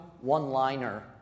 one-liner